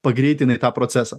pagreitinai tą procesą